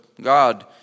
God